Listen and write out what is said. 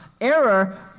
error